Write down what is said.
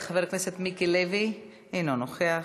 חבר הכנסת מיקי לוי, אינו נוכח.